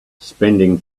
spending